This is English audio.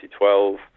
2012